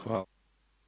Hvala.